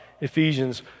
Ephesians